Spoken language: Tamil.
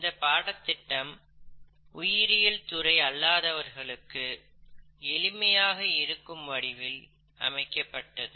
இந்த பாடத்திட்டம் உயிரியல் துறை அல்லாதவர்களுக்கு எளிமையாக இருக்கும் வடிவில் அமைக்கப்பட்டது